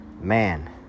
Man